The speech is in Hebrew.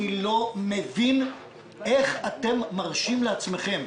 אני לא מבין איך אתם מרשים לעצמכם,